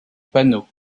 panneau